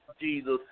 Jesus